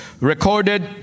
recorded